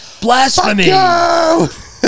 Blasphemy